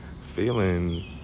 feeling